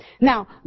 Now